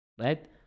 Right